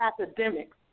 academics